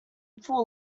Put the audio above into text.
full